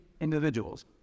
individuals